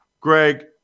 Greg